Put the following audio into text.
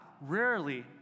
rarely